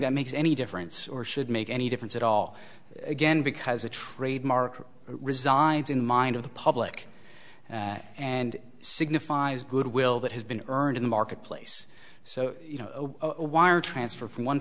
that makes any difference or should make any difference at all again because a trademark resides in mind of the public and signifies goodwill that has been earned in the marketplace so you know a wire transfer from one